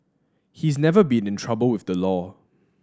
he's never been in trouble with the law